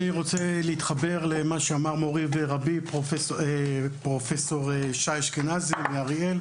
אני רוצה להתחבר לדבריו של רבי ומורי פרופ' שי אשכנזי מאריאל.